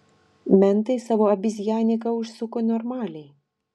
mentai savo abizjaniką užsuko normaliai